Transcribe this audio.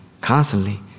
constantly